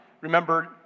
Remember